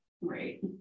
Right